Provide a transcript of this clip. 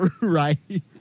right